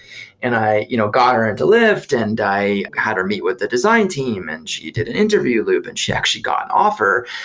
and i you know got her into lyft and i had her meet with the design team and she did an interview loop and she actually got an offer.